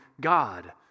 God